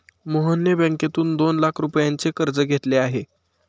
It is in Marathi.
मोहनने बँकेतून दोन लाख रुपयांचे कर्ज घेतले आहे